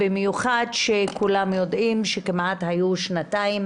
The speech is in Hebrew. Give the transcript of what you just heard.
במיוחד כשכולם יודעים שהיו שנתיים